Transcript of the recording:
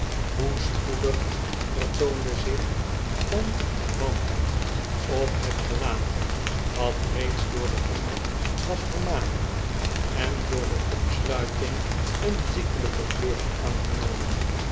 hoe spoedig vertoonde zich dan de wanhoop op het gelaat dat reeds door den honger was vermagerd en door de opsluiting een ziekelijke kleur had aangenomen